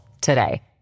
today